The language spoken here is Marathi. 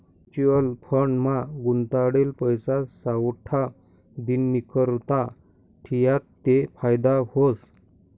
म्युच्युअल फंड मा गुताडेल पैसा सावठा दिननीकरता ठियात ते फायदा व्हस